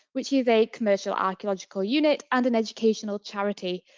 which is a commercial archeological unit and an educational charity.